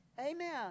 Amen